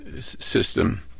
system